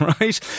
right